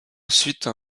ensuite